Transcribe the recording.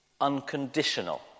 unconditional